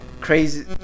crazy